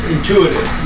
Intuitive